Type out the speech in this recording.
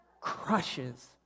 crushes